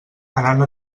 anant